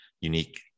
unique